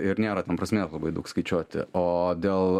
ir nėra ten prasmės labai daug skaičiuoti o dėl